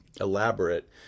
elaborate